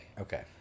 Okay